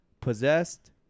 possessed